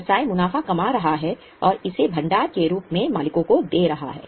व्यवसाय मुनाफा कमा रहा है और इसे भंडार के रूप में मालिकों को दे रहा है